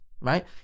right